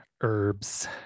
Herbs